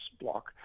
block